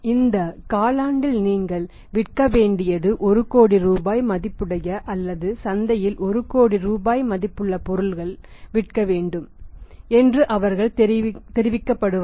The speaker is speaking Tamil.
இந்த காலாண்டில் நீங்கள் விற்கவேண்டியது 1 கோடி ரூபாய் மதிப்புடையது அல்லது சந்தையில் 1 கோடி ரூபாய் மதிப்புள்ள பொருட்கள் விற்க வேண்டும் என்று அவர்கள் தெரிவிக்கப்படுவார்கள்